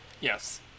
Yes